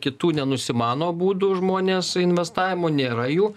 kitų nenusimano būdų žmonės investavimo nėra jų